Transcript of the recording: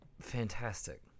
fantastic